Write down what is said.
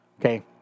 okay